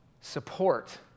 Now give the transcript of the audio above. support